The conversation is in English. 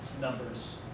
numbers